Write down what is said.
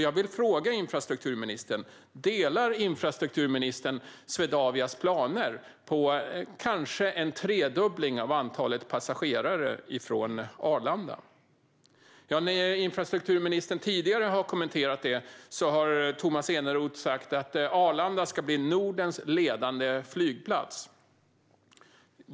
Jag vill fråga infrastrukturministern vad han tycker om Swedavias planer på en möjlig tredubbling av antalet passagerare från Arlanda. När Tomas Eneroth tidigare har kommenterat detta har han sagt att Arlanda ska bli Nordens ledande flygplats.